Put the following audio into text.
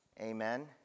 Amen